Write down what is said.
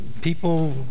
people